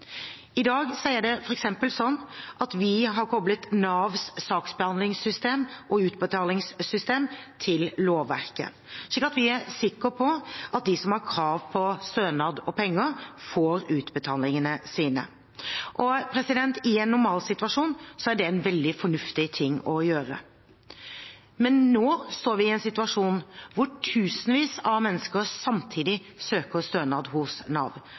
I dag er det f.eks. sånn at vi har koblet Navs saksbehandlingssystem og utbetalingssystem til lovverket, slik at vi er sikre på at de som har krav på stønad og penger, får utbetalingene sine. I en normalsituasjon er det en veldig fornuftig ting å gjøre. Men nå står vi i en situasjon hvor tusenvis av mennesker samtidig søker stønad hos Nav,